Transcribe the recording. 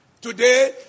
Today